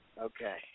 Okay